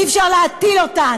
אי-אפשר להטיל אותן.